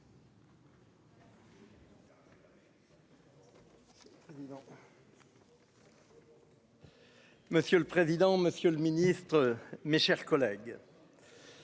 Monsieur le président, Monsieur le Ministre, mes chers collègues.